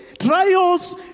trials